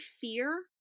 fear-